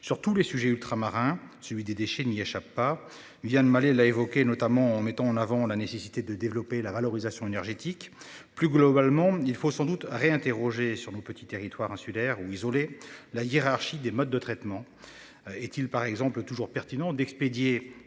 sur tous les sujets ultramarins celui des déchets n'y échappe pas, vient de mal elle a évoqué notamment en mettant en avant la nécessité de développer la valorisation énergétique plus globalement il faut sans doute réinterroger sur nos petits territoires insulaires ou isolées, la hiérarchie des modes de traitement. Est-il par exemple toujours pertinent d'expédier